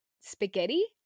spaghetti